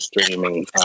streaming